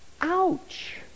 Ouch